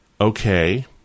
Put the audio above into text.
Okay